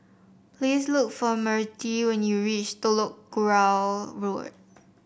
please look for Mertie when you reach Telok Kurau Road